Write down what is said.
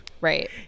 right